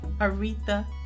aretha